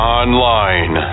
online